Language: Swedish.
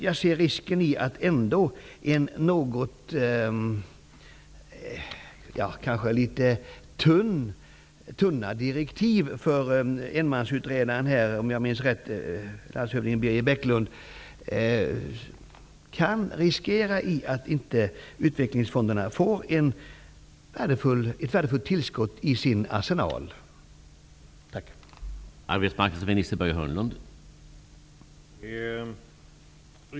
Jag ser risken att de något tunna direktiven för enmansutredaren, Birger Bäckström om jag minns rätt, kan leda till att utvecklingsfonderna inte får ett värdefullt tillskott i sin arsenal.